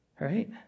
Right